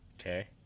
okay